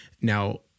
now